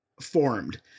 formed